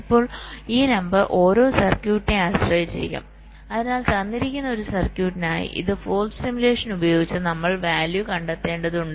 ഇപ്പോൾ ഈ നമ്പർ ഓരോ സർക്യൂട്ടിനെ ആശ്രയിച്ചിരിക്കും അതിനാൽ തന്നിരിക്കുന്ന ഒരു സർക്യൂട്ടിനായി ഇത് ഫോൾട് സിമുലേഷൻ ഉപയോഗിച്ച് നമ്മൾ വാല്യൂ കണ്ടെത്തേണ്ടതുണ്ട്